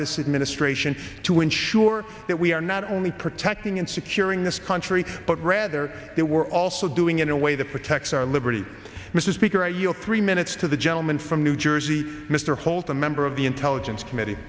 this administration to ensure that we are not only protecting and securing this country but rather that we're also doing in a way that protects our liberty mr speaker i yield three minutes to the gentleman from new jersey mr holt a member of the intelligence committe